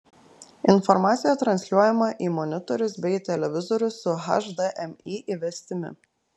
informacija transliuojama į monitorius bei televizorius su hdmi įvestimi